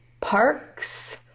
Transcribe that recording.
Parks